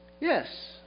Yes